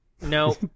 No